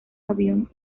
avión